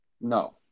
no